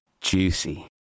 juicy